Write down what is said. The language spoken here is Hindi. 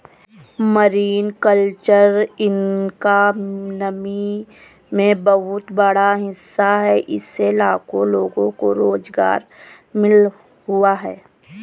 मरीन कल्चर इकॉनमी में बहुत बड़ा हिस्सा है इससे लाखों लोगों को रोज़गार मिल हुआ है